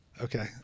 okay